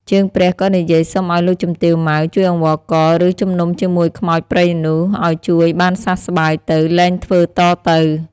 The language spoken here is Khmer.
ជើងព្រះក៏និយាយសុំឲ្យលោកជំទាវ ម៉ៅ ជួយអង្វរករ ឬជំនុំជាមួយខ្មោចព្រៃនោះ ឲ្យជួយបានសះស្បើយទៅ លែងធ្វើតទៅ ។